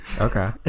Okay